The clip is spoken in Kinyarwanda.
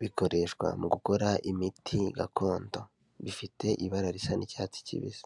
bikoreshwa mu gukora imiti gakondo, bifite ibara risa n'icyatsi kibisi.